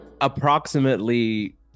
Approximately